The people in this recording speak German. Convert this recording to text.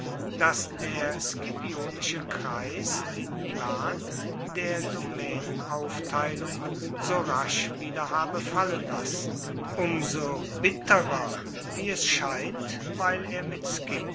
daß der scipionische kreis den plan der domänenaufteilung so rasch wieder habe fallen lassen um so bitterer wie es scheint weil er mit